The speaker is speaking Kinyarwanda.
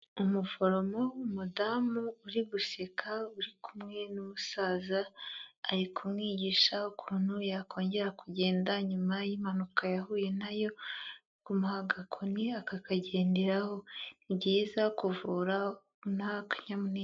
Umuforomo, umudamu uri guseka uri kumwe n'umusaza, ari kumwigisha ukuntu yakongera kugenda nyuma y'impanuka yahuye nayo, kumuha agakoni akakagenderaho ni byiza kuvurana akanyamune...